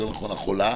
יותר נכון החולה,